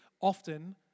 Often